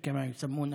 בשבוע הבא, כנראה,